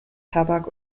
tabak